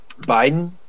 Biden